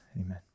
Amen